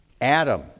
Adam